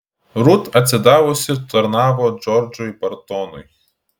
rut atsidavusi tarnavo džordžui bartonui